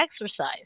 exercise